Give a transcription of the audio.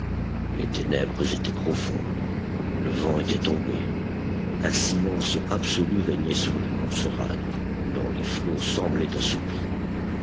les ténèbres étaient profondes le vent était tombé un silence absolu régnait sur l'immense rade dont les flots semblaient assoupis